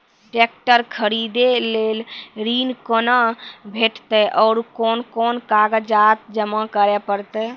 Tractor खरीदै लेल ऋण कुना भेंटते और कुन कुन कागजात जमा करै परतै?